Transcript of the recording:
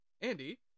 Andy